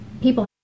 People